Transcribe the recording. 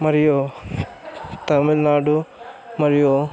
మరియు తమిళనాడు మరియు